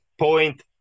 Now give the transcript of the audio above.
point